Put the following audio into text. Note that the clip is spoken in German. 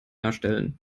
erstellen